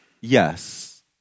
yes